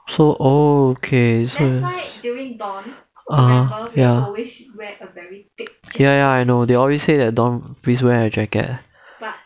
so oh okay so (uh huh) ya ya ya I know they always say that dawn please wear a jacket